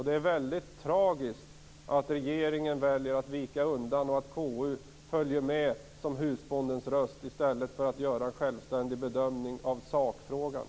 Det är väldigt tragiskt att regeringen väljer att vika undan och att KU följer med husbondens röst i stället för att göra en självständig bedömning av sakfrågan.